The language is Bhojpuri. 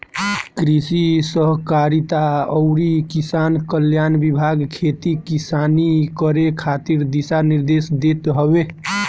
कृषि सहकारिता अउरी किसान कल्याण विभाग खेती किसानी करे खातिर दिशा निर्देश देत हवे